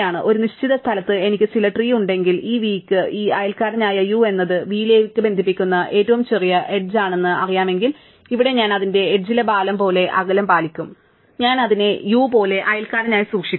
അതിനാൽ ഒരു നിശ്ചിത സ്ഥലത്ത് എനിക്ക് ചില ട്രീ ഉണ്ടെങ്കിൽ ഈ v യ്ക്ക് ഈ അയൽക്കാരനായ u എന്നത് v ലേക്ക് ബന്ധിപ്പിക്കുന്ന ഏറ്റവും ചെറിയ എഡ്ജ് അണെന്ന് എനിക്കറിയാമെങ്കിൽ ഇവിടെ ഞാൻ അതിന്റെ എഡ്ജ് ലെ ഭാരം പോലെ അകലം പാലിക്കും ഞാൻ അതിനെ u പോലെ അയൽക്കാരനായി സൂക്ഷിക്കും